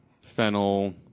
fennel